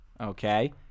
Okay